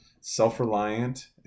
self-reliant